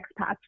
expats